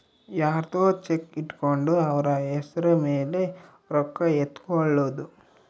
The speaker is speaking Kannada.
ಯರ್ದೊ ಚೆಕ್ ಇಟ್ಕೊಂಡು ಅವ್ರ ಹೆಸ್ರ್ ಮೇಲೆ ರೊಕ್ಕ ಎತ್ಕೊಳೋದು